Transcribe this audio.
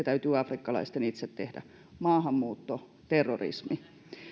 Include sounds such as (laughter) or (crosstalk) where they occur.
(unintelligible) täytyy afrikkalaisten itse tehdä maahanmuutto terrorismi